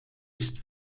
ist